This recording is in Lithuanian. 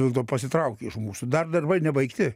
dėl to pasitraukė iš mūsų dar darbai nebaigti